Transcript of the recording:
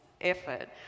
effort